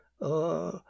Uh